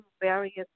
various